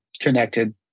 connected